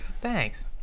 Thanks